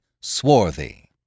swarthy